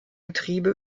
getriebe